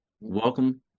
welcome